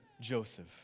Joseph